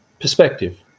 perspective